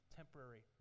temporary